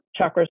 chakras